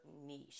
niche